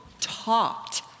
talked